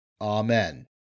Amen